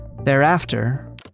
Thereafter